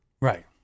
Right